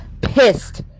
pissed